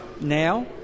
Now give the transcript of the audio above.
now